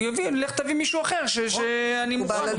הוא יגיד לך תביא מישהו אחר שאני מוכן.